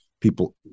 people